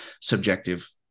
subjective